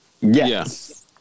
Yes